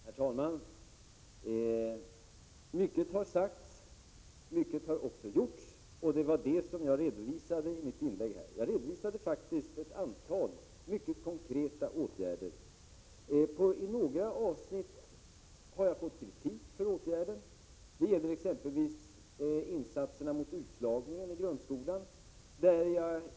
Herr talman! Mycket har sagts och mycket har också gjorts, vilket jag redovisade i mitt tidigare inlägg. Jag redovisade faktiskt ett antal mycket konkreta åtgärder. I några avsnitt har jag fått kritik för åtgärderna. Det gäller exempelvis insatserna mot utslagningen i grundskolan.